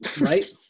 Right